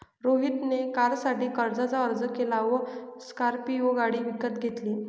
रोहित ने कारसाठी कर्जाचा अर्ज केला व स्कॉर्पियो गाडी विकत घेतली